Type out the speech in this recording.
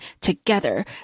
Together